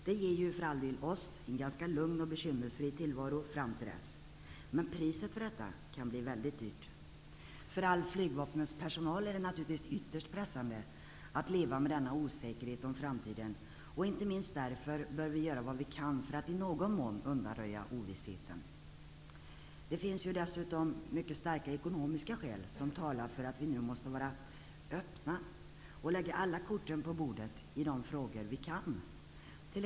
Det ger för all del oss en lugn och bekymmersfri tillvaro fram till dess, men priset för detta kan bli väldigt högt. För flygvapnets hela personal är det naturligtsvis ytterst pressande att leva med denna osäkerhet om framtiden. Inte minst därför bör vi göra vad vi kan för att i någon mån undanröja ovissheten. Det finns dessutom mycket starka ekonomiska skäl som talar för att vi nu måste vara öppna och lägga alla korten på bordet i de frågor där vi så kan göra.